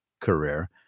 career